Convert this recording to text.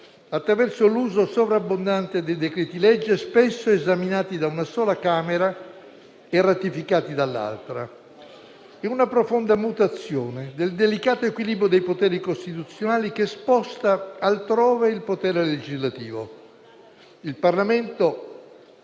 attraverso l'uso sovrabbondante dei decreti-legge, spesso esaminati da una sola Camera e ratificati dall'altra. Si tratta di una profonda mutazione del delicato equilibrio dei poteri costituzionali, che sposta altrove il potere legislativo. Il Parlamento